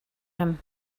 him